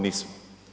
Nismo.